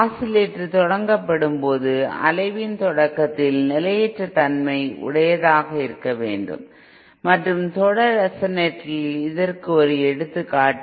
ஆசிலேட்டர்கள் தொடங்கப்படும் போது அலைவின் தொடக்கத்தில் நிலையற்ற தன்மை உடையதாக இருக்க வேண்டும் மற்றும் தொடர் ரெசனேட்டரின் இதற்கு ஒரு எடுத்துக்காட்டு